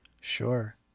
Sure